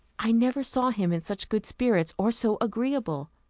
i never saw him in such good spirits, or so agreeable